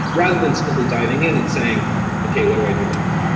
rather than simply diving in and saying okay, what do i do now?